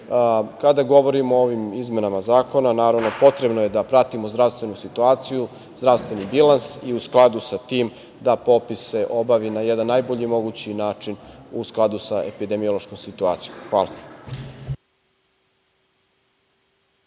govorimo o ovim izmenama zakona, naravno potrebno je da pratimo zdravstvenu situaciju, zdravstveni bilans i u skladu sa tim da popis se obavi na jedan najbolji mogući način u skladu sa epidemiološkom situacijom. Hvala.